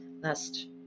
last